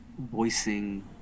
voicing